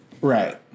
Right